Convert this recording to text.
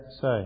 say